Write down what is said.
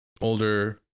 older